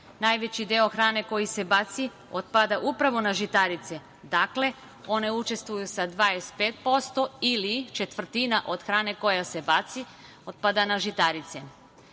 hrane. Najveći deo hrane koji se baci otpada upravo na žitarice. Dakle, one učestvuju sa 25% ili četvrtina od hrane koja se baci otpada na žitarice.